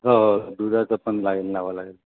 हो हो दुधाचं पण लाईन लावावं लागेल